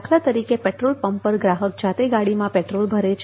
દાખલા તરીકે petrol pump પર ગ્રાહક જાતે ગાડીમાં પેટ્રોલ ભરે છે